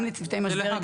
גם לצוותי משבר,